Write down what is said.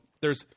there's-